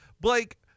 Blake